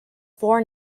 four